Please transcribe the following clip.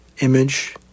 image